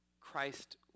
christ